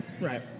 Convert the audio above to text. Right